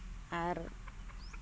ᱟᱨ